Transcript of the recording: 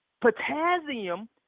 potassium